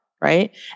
right